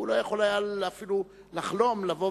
והוא לא יכול היה אפילו לחלום לבוא